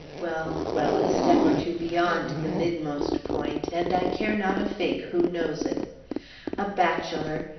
well, well, a step or two beyond the midmost point, and i care not a fig who knows it a bachelor,